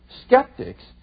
skeptics